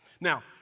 Now